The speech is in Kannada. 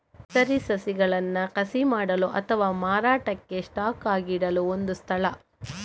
ನರ್ಸರಿ ಸಸ್ಯಗಳನ್ನ ಕಸಿ ಮಾಡಲು ಅಥವಾ ಮಾರಾಟಕ್ಕೆ ಸ್ಟಾಕ್ ಆಗಿ ಇಡುವ ಒಂದು ಸ್ಥಳ